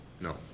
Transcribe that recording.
No